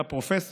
פרופ'